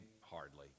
hardly